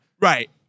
Right